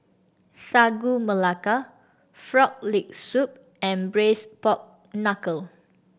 Sagu Melaka Frog Leg Soup and braise pork knuckle